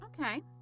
okay